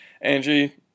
Angie